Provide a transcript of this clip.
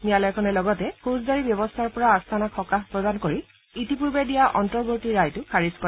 ন্যায়ালয়খনে লগতে ফৌজদাৰী ব্যৱস্থাৰ পৰা আস্থানাক সকাহ প্ৰদান কৰি ইতিপূৰ্বে দিয়া অন্তৱৰ্তী ৰায়টো খাৰিজ কৰে